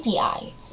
API